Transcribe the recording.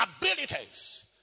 abilities